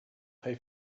pay